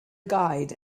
guide